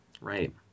Right